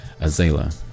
Azela